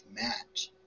match